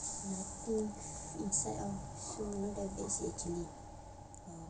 ya